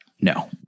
No